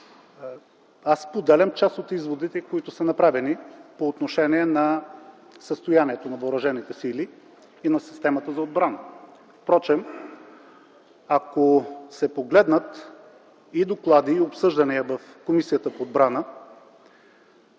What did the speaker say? Аз споделям част от изводите, които са направени по отношение на състоянието на въоръжените сили и на системата за отбрана. Впрочем, ако се погледнат и доклада, и обсъждания в Комисията по отбрана,